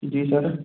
जी sir